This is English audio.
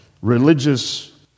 Religious